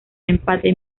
empate